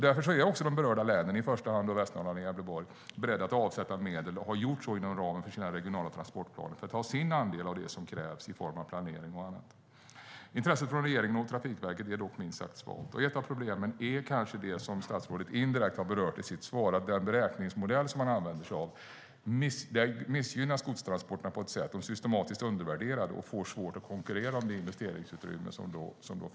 Därför är också de berörda länen - i första hand Västernorrland och Gävleborg - beredda att avsätta medel och har gjort så inom ramen för sina regionala transportplaner för att ta sin andel av det som krävs i form av planering och annat. Intresset från regeringen och Trafikverket är dock minst sagt svagt. Ett av problemen är kanske det som statsrådet indirekt har berört i sitt svar, att den beräkningsmodell som man använder sig av missgynnar godstransporterna. De är systematiskt undervärderade och får svårt att konkurrera om det investeringsutrymme som finns.